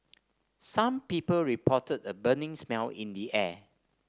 some people reported a burning smell in the air